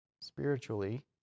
spiritually